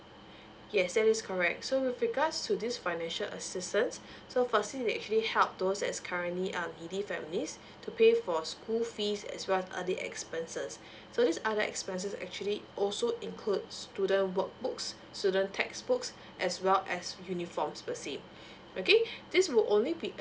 yes that is correct so with regards to this financial assistance so foresee they actually help those as currently a needy families to pay for school fees as well as uh the expenses so this other expenses actually also include student work books students textbooks as well as with uniforms per say okay this will only be